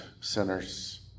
sinners